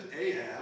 Ahab